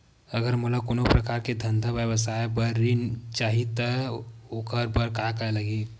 अगर मोला कोनो प्रकार के धंधा व्यवसाय पर ऋण चाही रहि त ओखर बर का का लगही?